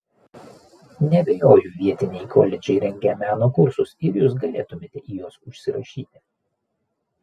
neabejoju vietiniai koledžai rengia meno kursus ir jūs galėtumėte į juos užsirašyti